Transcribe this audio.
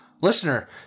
Listener